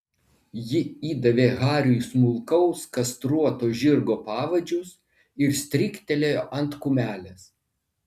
ji įdavė hariui smulkaus kastruoto žirgo pavadžius ir stryktelėjo ant kumelės